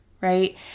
right